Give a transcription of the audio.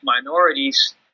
minorities